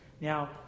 Now